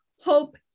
Hope